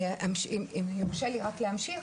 אם יורשה לי רק להמשיך,